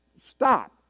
Stop